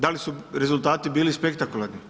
Dali su rezultati bili spektakularni?